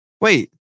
Wait